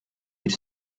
ils